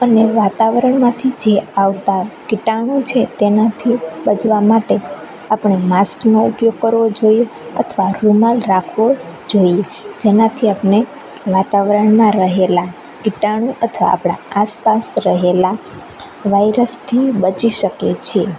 અને વાતાવરણમાંથી જે આવતા કીટાણું છે તેનાથી બચવા માટે આપણે માસ્કનો ઉપયોગ કરવો જોઈએ અથવા રૂમાલ રાખવો જોઈએ જેનાથી આપણે વાતાવરણમાં રહેલાં કીટાણું અથવા આપણા આસપાસ રહેલા વાઈરસથી બચી શકીએ છે